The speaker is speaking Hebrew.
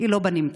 לא בנמצא.